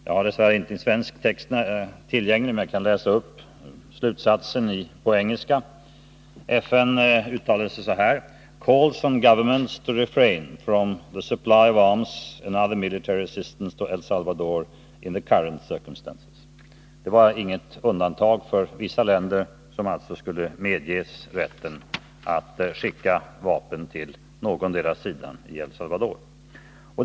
Jag har tyvärr inte någon svensk text tillgänglig, men jag kan läsa upp slutsatsen på engelska: Det gjordes alltså inget undantag för vissa länder; inga medges rätten att skicka vapen till någondera sidan i El Salvador.